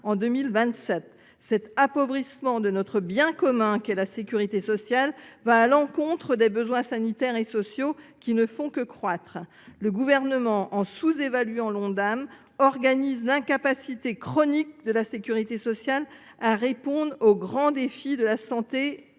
en 2027. Cet appauvrissement de notre bien commun qu’est la sécurité sociale va à l’encontre des besoins sanitaires et sociaux, qui ne font que croître. Le Gouvernement, en sous évaluant l’Ondam, organise l’incapacité chronique de la sécurité sociale à répondre aux grands défis de la santé